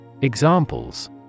Examples